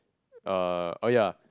uh oh ya